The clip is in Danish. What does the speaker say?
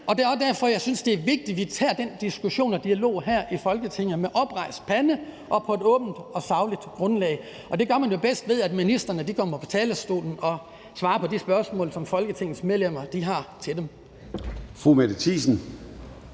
Det er også derfor, jeg synes, at det er vigtigt, at vi tager den diskussion og dialog her i Folketinget med oprejst pande og på et åbent og sagligt grundlag. Og det gør man jo bedst ved, at ministrene kommer på talerstolen og svarer på de spørgsmål, som Folketingets medlemmer har til dem.